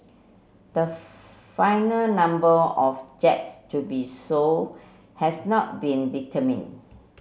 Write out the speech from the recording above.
the final number of jets to be sold has not been determined